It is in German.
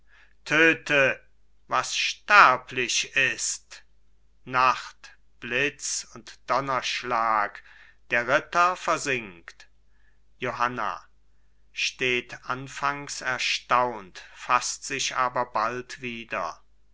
töte was sterblich ist nacht blitz und donnerschlag der ritter versinkt johanna steht anfangs erstaunt faßt sich aber bald wieder